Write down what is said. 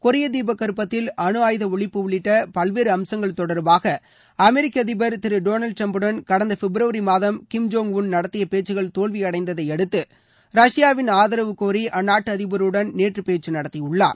கொரிய தீப கற்பத்தில் அனு ஆயுத ஒழிப்பு உள்ளிட்ட பல்வேறு அம்சங்கள் தொடர்பாக அமெிக்க அதிபர் திரு டொனால்டு டிரம்புடன் கடந்த பிப்ரவரி மாதம் கிம் ஜாங் நடத்திய பேச்கக்கள் தோல்வியடைந்ததை அடுத்து ரஷ்யாவின் ஆதரவு கோரி அந்நாட்டு அதிபருடன் நேற்று பேச்சு நடத்தியுள்ளார்